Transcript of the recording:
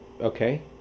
okay